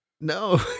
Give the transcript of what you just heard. No